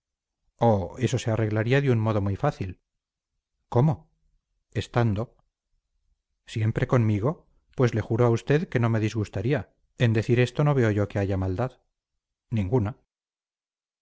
oh eso se arreglaría de un modo muy fácil cómo estando siempre conmigo pues le juro a usted que no me disgustaría en decir esto no veo yo que haya maldad ninguna